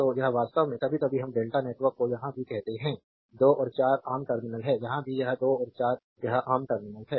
तो यह वास्तव में कभी कभी हम डेल्टा नेटवर्क को यहां भी कहते हैं 2 और 4 आम टर्मिनल हैं यहां भी यह 2 और 4 यह एक आम टर्मिनल है